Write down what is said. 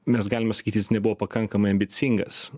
mes galime sakyti jis nebuvo pakankamai ambicingas